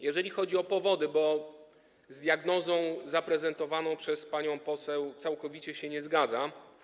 Jeżeli chodzi o powody, bo z diagnozą zaprezentowaną przez panią poseł całkowicie się nie zgadzam.